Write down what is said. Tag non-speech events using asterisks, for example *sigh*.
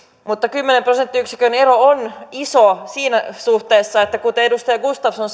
mutta kymmenen prosenttiyksikön ero on iso siinä suhteessa kuten edustaja gustafsson *unintelligible*